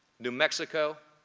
new mexico,